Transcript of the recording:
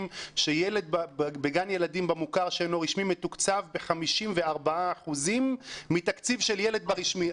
שילד בגן ילדים במוכר שאינו רשמי מתוקצב ב-54% מתקציב של ילד ברשמי,